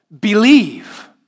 Believe